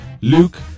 Luke